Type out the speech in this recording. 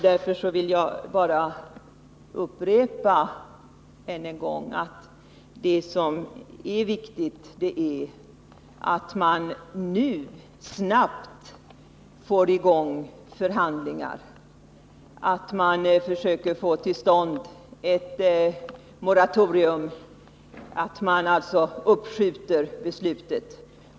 Därför vill jag bara än en gång upprepa att det är viktigt att man nu snabbt får i gång förhandlingar, att man försöker få till stånd ett moratorium och att man alltså uppskjuter beslutet.